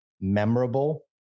memorable